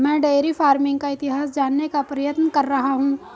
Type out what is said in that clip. मैं dairy farming का इतिहास जानने का प्रयत्न कर रहा हूं